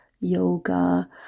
Yoga